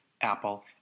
Apple